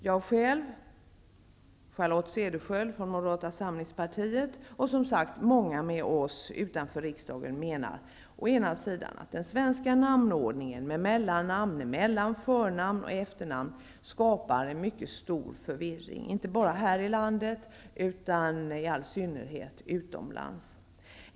Jag själv, Charlotte Cederschiöld från Moderata samlingspartiet och, som sagt, många med oss utanför riksdagen menar att den svenska namnordningen med mellannamn -- mellan förnamn och efternamn -- skapar mycket stor förvirring inte bara här i landet utan i all synnerhet utomlands.